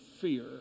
fear